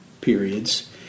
periods